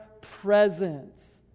presence